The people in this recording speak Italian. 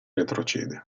retrocede